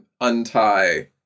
untie